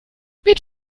mit